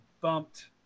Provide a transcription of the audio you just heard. bumped